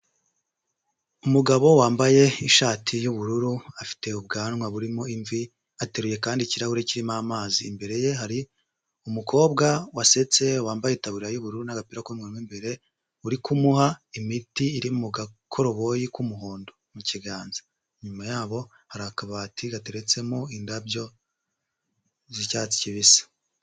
Umugabo wambaye ishati y'bururu afite ubwanwa burimo imvi ateruye kandi ikirahure kirimo amazi, imbere ye hari umukobwa wasetse wambaye ikatabu y'ubururu n'agapira k'umweru mo imbere uri kumuha imiti iri mu gakoroboyi k'umuhondo mu kiganza, inyuma yabo hari akabati gatereretsemo indabyo z'icyatsi kibisi.